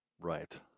Right